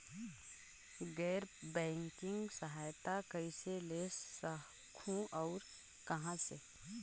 गैर बैंकिंग सहायता कइसे ले सकहुं और कहाँ से?